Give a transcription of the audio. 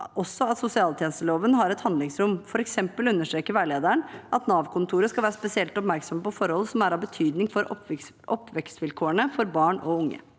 sosialtjenesteloven har et handlingsrom. For eksempel understreker veilederen at Nav-kontorene skal være spesielt oppmerksom på forhold som er av betydning for oppvekstvilkårene til barn og unge.